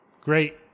great